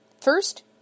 First